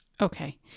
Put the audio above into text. Okay